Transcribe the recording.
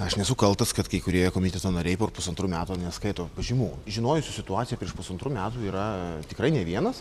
aš nesu kaltas kad kai kurie komiteto nariai po pusantrų metų neskaito pažymų žinojusių situaciją prieš pusantrų metų yra tikrai ne vienas